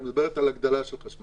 את מדברת על הגדלה של חשמל.